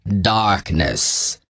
Darkness